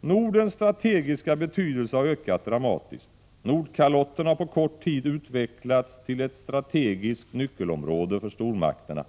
Nordens strategeiska betydelse har ökat dramatiskt. Nordkalotten har på kort tid utvecklats till ett strategiskt nyckelområde för stormakterna.